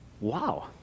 Wow